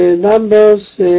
Numbers